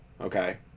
okay